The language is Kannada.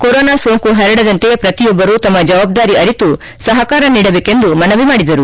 ಕೊರೊನಾ ಸೋಂಕು ಪರಡದಂತೆ ಪ್ರತಿಯೊಬ್ಬರು ತಮ್ಮ ಜವಾಬ್ದಾರಿ ಅರಿತು ಸಹಕಾರ ನೀಡಬೇಕೆಂದು ಮನವಿ ಮಾಡಿದರು